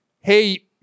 hey